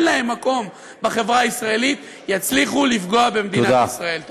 להן מקום בחברה הישראלית לא יצליחו לפגוע במדינת ישראל.